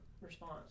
response